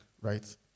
right